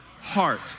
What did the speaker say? Heart